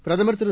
பிரதமர் திரு